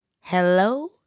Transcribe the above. Hello